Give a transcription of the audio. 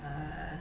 err